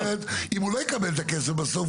בגלל שאחרת אם הוא לא יקבל את הכסף בסוף,